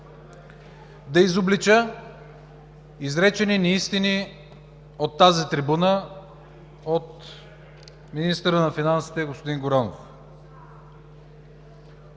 да изоблича изречени неистини от тази трибуна от министъра на финансите господин Горанов.